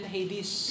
Hades